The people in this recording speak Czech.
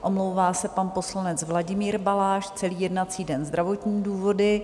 Omlouvá se pan poslanec Vladimír Balaš celý jednací den zdravotní důvody.